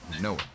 No